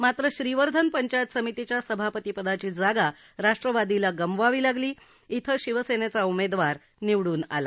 मात्र श्रीवर्धन पंचायत समितीच्या सभापतीपदाची जागा राष्ट्रवादीला गमवावी लागली इथं शिवसेनेचा उमेदवार निवडून आला